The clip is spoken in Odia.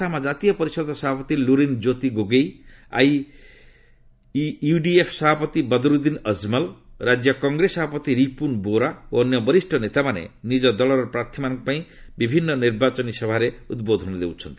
ଆସାମ କ୍ରାତୀୟ ପରିଷଦ ସଭାପତି ଲୁରିନ୍କ୍ୟୋତି ଗୋଗେଇ ଏଆଇୟୁଡିଏଫ୍ ସଭାପତି ବଦ୍ରୁଦିନ ଅଜମଲ ରାଜ୍ୟ କଂଗ୍ରେସ ସଭାପତି ରିପୁନ୍ ବୋରା ଓ ଅନ୍ୟ ବରିଷ୍ଣ ନେତାମାନେ ନିଜ ଦଳର ପ୍ରାର୍ଥୀମାନଙ୍କ ପାଇଁ ବିଭିନ୍ନ ନିର୍ବାଚନୀ ସଭାରେ ଉଦ୍ବୋଧନ ଦେଉଛନ୍ତି